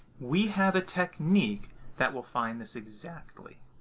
we have a technique that will find this exactly.